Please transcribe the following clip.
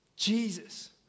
Jesus